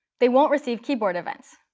they won't receive keyboard events.